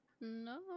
No